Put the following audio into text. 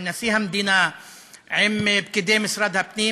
עם נשיא המדינה ועם פקידי משרד הפנים